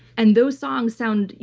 and those songs sound.